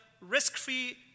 risk-free